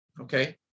Okay